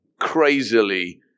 crazily